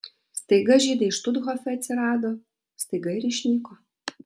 staiga žydai štuthofe atsirado staiga ir išnyko